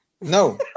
No